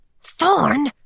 Thorn